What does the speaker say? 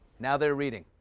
now they're reading.